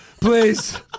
please